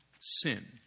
sin